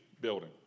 building